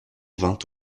vint